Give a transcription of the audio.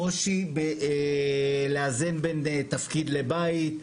קושי לאזן בין תפקיד לבית.